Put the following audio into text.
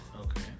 Okay